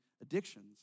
addictions